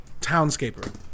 Townscaper